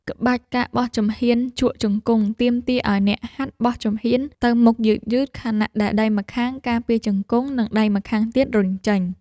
ក្បាច់ ការបោះជំហានជក់ជង្គង់ ទាមទារឱ្យអ្នកហាត់បោះជំហានទៅមុខយឺតៗ ខណៈដែលដៃម្ខាងការពារជង្គង់ និងដៃម្ខាងទៀតរុញចេញ។